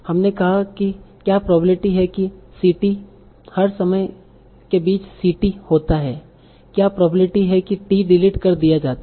हमने कहा कि क्या प्रोबेब्लिटी है कि ct हर समय के बीच ct होता है क्या प्रोबेब्लिटी है कि t डिलीट कर दिया जाता है